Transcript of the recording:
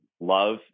love